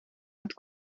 het